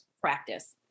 practice